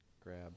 grab